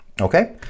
Okay